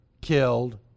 killed